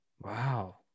Wow